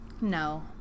No